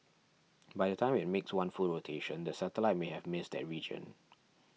by the time it makes one full rotation the satellite may have missed that region